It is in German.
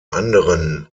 anderen